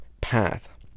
path